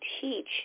teach